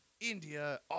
India